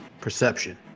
perception